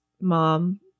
Mom